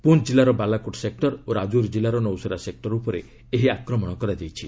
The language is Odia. ପୁଞ୍ ଜିଲ୍ଲାର ବାଲାକୋଟ୍ ସେକ୍ଟର ଓ ରାଜୌରୀ ଜିଲ୍ଲାର ନୌସେରା ସେକ୍ଟର ଉପରେ ଏହି ଆକ୍ରମଣ କରାଯାଇଛି